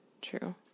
True